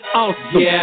awesome